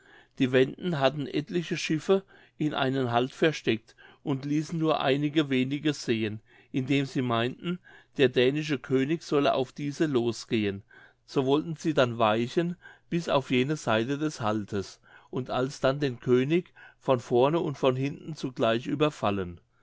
die wenden hatten etliche schiffe in einen halt versteckt und ließen nur einige wenige sehen indem sie meinten der dänische könig solle auf diese losgehen so wollten sie dann weichen bis auf jene seite des haltes und alsdann den könig von vorn und von hinten zugleich überfallen